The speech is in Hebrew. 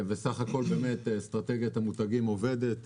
סך-הכול אסטרטגיית המותגים עובדת.